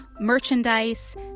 merchandise